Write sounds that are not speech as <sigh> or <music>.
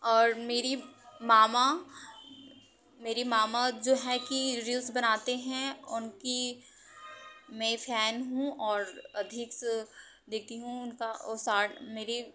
और मेरी मामा मेरी मामा जो हैं कि रील्स बनाते हैं उनकी मैं फैन हूँ और <unintelligible> देखती हूँ उनका ओ साथ मेरे